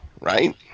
right